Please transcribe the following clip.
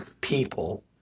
people